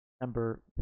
Number